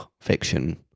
fiction